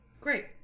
Great